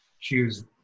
choose